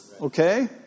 Okay